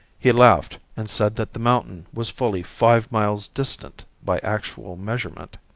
he laughed and said that the mountain was fully five miles distant by actual measurement.